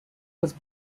was